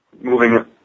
Moving